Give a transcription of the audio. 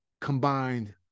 combined